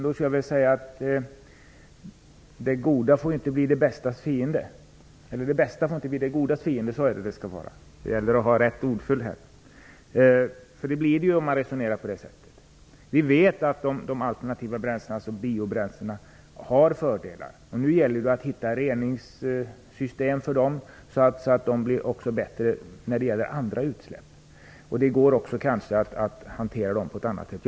Då vill jag säga att det bästa inte får bli det godas fiende. Det blir ju så om man resonerar som miljöministern. Vi vet att de alternativa bränslena, biobränslena, har fördelar. Nu gäller det att hitta reningssystem för dem så att de också blir bättre när det gäller andra utsläpp. Det går att hantera det.